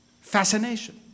fascination